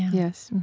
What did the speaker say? yes.